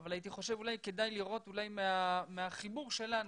אבל הייתי חושב שאולי כדאי לראות מהחיבור שלנו,